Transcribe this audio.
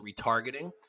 retargeting